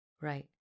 Right